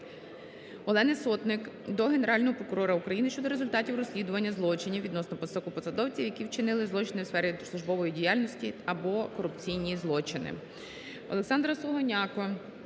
Олени Сотник до Генерального прокурора України щодо результатів розслідування злочинів відносно високопосадовців, які вчинили злочини у сфері службової діяльності або корупційні злочини.